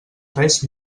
res